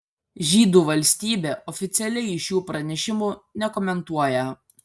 žydų valstybė oficialiai šių pranešimų nekomentuoja